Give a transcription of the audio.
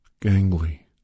gangly